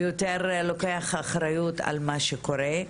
יותר לוקח אחריות על מה שקורה,